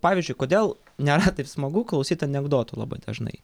pavyzdžiui kodėl nėra taip smagu klausyt anekdotų labai dažnai